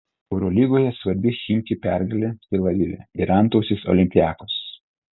eurolygoje svarbi chimki pergalė tel avive ir antausis olympiakos